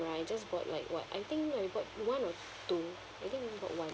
when I just got like what I think I got one or two I think I got one